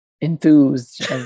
enthused